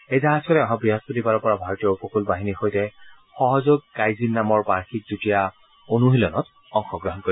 এই জাহাজখনে অহা বৃহস্পতিবাৰৰ পৰা ভাৰতীয় উপকূল বাহিনীৰ সৈতে সহযোগ কাইজিন নামৰ বাৰ্ষিক যুটীয়া অনুশীলনত অংশগ্ৰহণ কৰিব